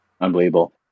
Unbelievable